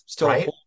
Right